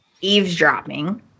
eavesdropping